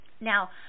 Now